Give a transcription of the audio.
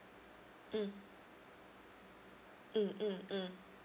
mm mm mm